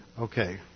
Okay